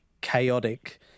chaotic